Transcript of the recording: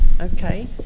Okay